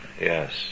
Yes